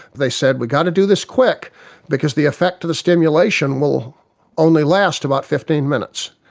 they said we've got to do this quick because the effect of the stimulation will only last about fifteen minutes.